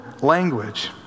language